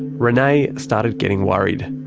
renay started getting worried.